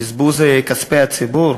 בזבוז כספי הציבור?